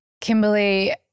Kimberly